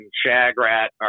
shagrat